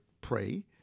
pray